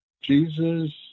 Jesus